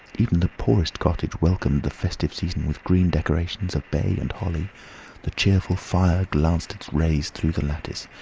even the poorest cottage welcomed the festive season with green decorations of bay and holly the cheerful fire glanced its rays through the lattice,